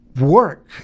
work